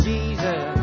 Jesus